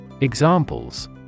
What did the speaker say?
Examples